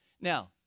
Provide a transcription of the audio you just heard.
Now